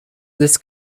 this